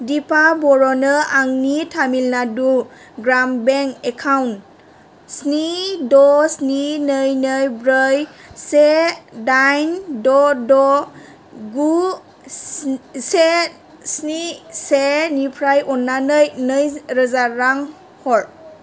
दिपा बर'नो आंनि तामिलनाडु ग्राम bank account स्नि द' स्नि नै नै ब्रै से दाइन द' द' गु से स्नि से निफ्राय अन्नानै नै रोजा रां हर